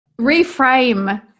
reframe